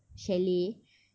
chalet